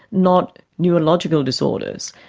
not neurological disorders,